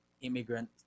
immigrant